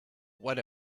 what